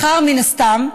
מחר, מן הסתם,